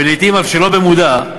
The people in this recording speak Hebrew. ולעתים אף שלא במודע,